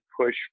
push